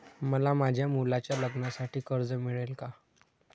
मला माझ्या मुलाच्या लग्नासाठी कर्ज मिळेल का?